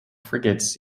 frigates